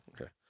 Okay